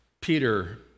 Peter